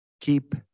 keep